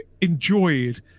enjoyed